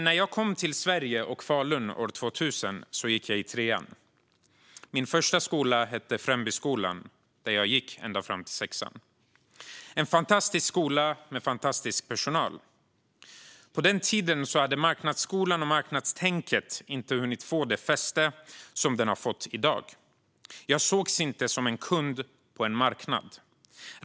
När jag kom till Sverige och Falun år 2000 så gick jag i trean. Min första skola hette Främbyskolan där jag gick ända fram till sexan. Det var en fantastisk skola med fantastisk personal. På den tiden hade marknadsskolan och marknadstänket inte hunnit få det fäste som de fått i dag. Jag sågs inte som kund på en marknad.